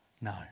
No